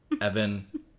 Evan